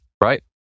right